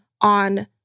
on